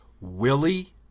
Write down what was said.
Willie